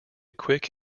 quick